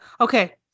Okay